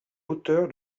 auteur